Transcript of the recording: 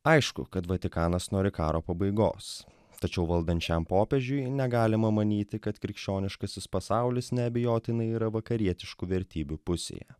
aišku kad vatikanas nori karo pabaigos tačiau valdant šiam popiežiui negalima manyti kad krikščioniškasis pasaulis neabejotinai yra vakarietiškų vertybių pusėje